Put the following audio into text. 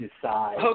decide